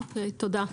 תודה.